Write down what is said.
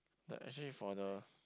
the actually for the